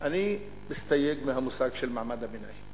אני מסתייג מהמושג מעמד הביניים.